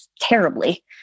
terribly